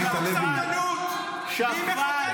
--- שפן.